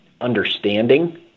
understanding